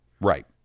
Right